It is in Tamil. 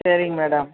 சரிங் மேடம்